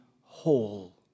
whole